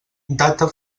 data